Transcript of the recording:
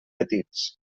petits